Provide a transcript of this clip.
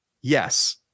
yes